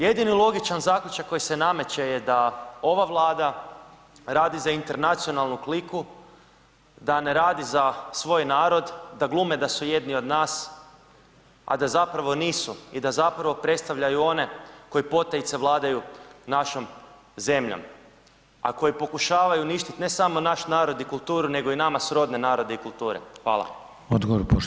Jedini logičan zaključak koji se nameće je da ova Vlada radi za internacionalnu kliku, da ne radi za svoj narod, da glume da su jedni od nas, a da zapravo nisu i da zapravo predstavljaju one koji potajice vladaju našom zemljom, a koji pokušavaju uništit ne samo naš narod i kulturu nego i nama srodne narode i kulture.